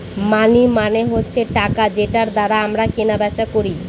মানি মানে হচ্ছে টাকা যেটার দ্বারা আমরা কেনা বেচা করি